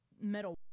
metal